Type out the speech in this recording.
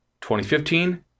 2015